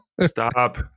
Stop